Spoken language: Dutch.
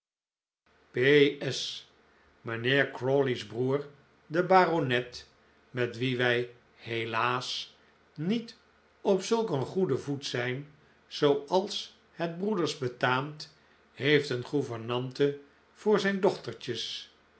s mijnheer crawley's broer de baronet met wien wij helaas niet op zulk een goeden voet zijn zooals het broeders betaamt heeft een gouvernante voor zijn dochtertjes